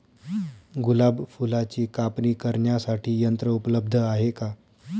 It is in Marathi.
गुलाब फुलाची कापणी करण्यासाठी यंत्र उपलब्ध आहे का?